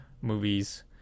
movies